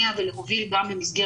נכון.